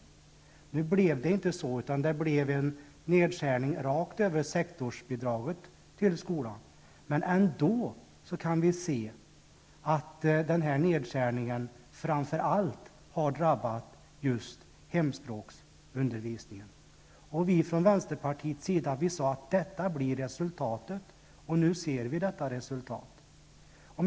Det blev inte så, utan det blev en nedskärning rakt över sektorsbidraget till skolan. Vi kan nu se att denna nedskärning framför allt har drabbat hemspråksundervisningen. Vi från vänsterns sida sade att detta skulle bli resultatet, och nu ser vi resultatet.